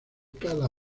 cada